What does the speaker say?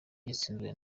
cyatsinzwe